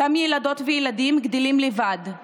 אותם ילדות וילדים גדלים לבד,